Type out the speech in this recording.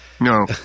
No